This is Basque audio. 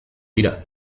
dira